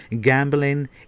gambling